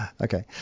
Okay